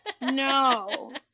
no